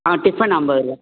ஆ tiffin ஐம்பதுரூவா